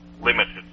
limited